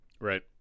Right